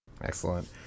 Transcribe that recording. excellent